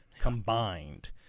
combined